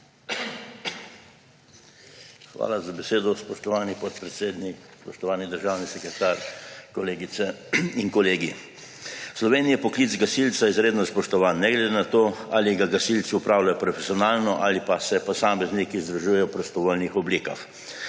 Hvala za besedo, spoštovani podpredsednik. Spoštovani državni sekretar, kolegice in kolegi! V Sloveniji je poklic gasilca izredno spoštovan, ne glede na to, ali ga gasilci opravljajo profesionalno ali pa se posamezniki združujejo v prostovoljnih oblikah.